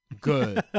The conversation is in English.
Good